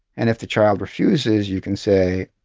and if the child refuses, you can say,